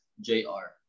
J-R